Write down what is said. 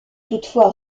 toutefois